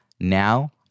Now